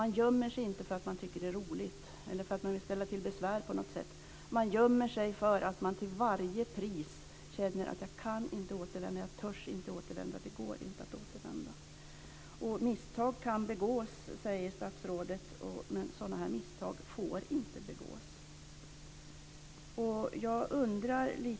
Man gömmer sig inte för att man tycker att det är roligt eller för att man vill ställa till besvär, utan man gömmer sig för att man till varje pris känner att man inte kan återvända, inte törs återvända och att det inte går att återvända. Misstag kan begås, säger statsrådet. Men sådana här misstag får inte begås.